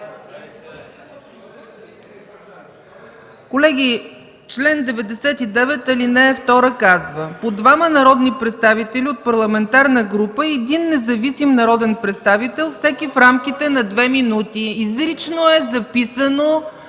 Колеги, чл. 99, ал. 2 казва: „по двама народни представители от парламентарна група и един независим народен представител – всеки в рамките на 2 минути”. Изрично е записано,